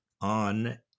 on